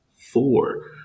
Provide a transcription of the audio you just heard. four